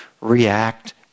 react